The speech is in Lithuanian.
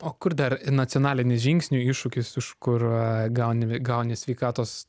o kur dar nacionalinis žingsnių iššūkis iš kur a gauni v gauni sveikatos